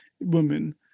women